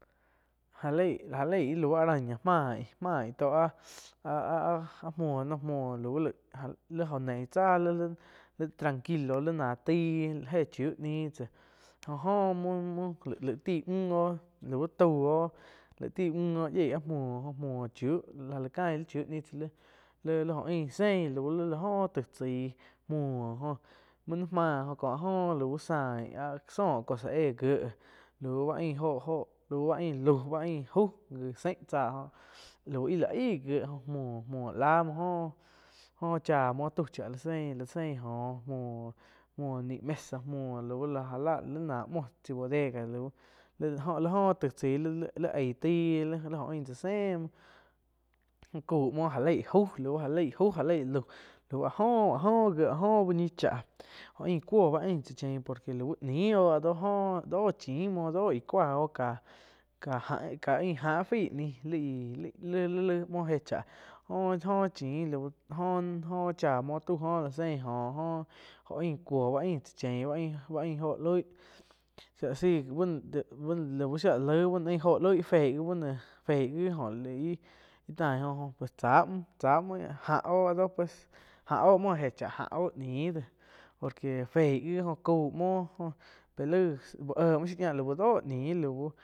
Jah lei, ja lei ih lau araña mai mai tó áh-áh muo no muo lau li jóh nein tsáh li-li tranquilo li náh taih éh chiu ñiu tsá óh joh muo laig ti muh lau tau oh laig tí muh oh yieh áh muoh, muoh chiu la cain li chiu ñiu li oh ain tesi lau li oh taig tzaih muoh góh muo ni má góh oh lau tain zóo lau cosa éh dhé lau bá ain joh lau ba ain lauh ain aug sein tsáh lau íh la aig gie oh muoh muoh lá muoh joh chá muoh chá la sein, la sein jóh muoh ni mesa muoh lau já láh na muo tsi bodega lau li la oh taig tsai li aig taih li-li oh ain tsáh seu muo. Cauh muo já le muo aug lau já lei lauh lau áh jo, áh jo kiéh úh ñi cháh óh ain cuo bá ain tsá chien por que lau ñiu áh doh njo chim muo cua oh ká áh paiíh lai. li-li laig muoh éh cháh jo-jo chin lau cha muoh tau jóh la sein óh jó óh ain cuoh báh cha chien bá ain jóh loih shía sei ba no shía lau shi laig bá no ain óh loig féi bíh no fei gi tai, jo-jo cha muo, cha muo áh oh áh dóh áh oh muoh éh cháh áh oh ñiu de por que fei gi oh caum muo pe laig uh éh muo shiu ña lau do ñiu lau.